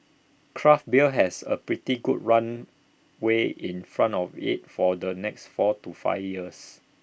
craft beer has A pretty good runway in front of IT for the next four to five years